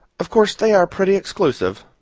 of course they are pretty exclusive.